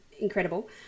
incredible